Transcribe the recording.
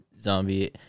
Zombie